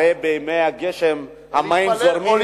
הרי בימי הגשם המים זורמים,